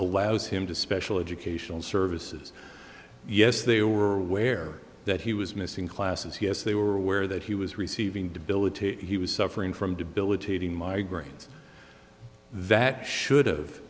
allows him to special educational services yes they were aware that he was missing classes yes they were aware that he was receiving debilitate he was suffering from debilitating migraines that should've